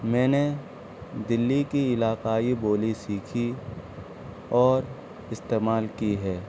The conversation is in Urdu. میں نے دلّی کی علاقائی بولی سیکھی اور استعمال کی ہے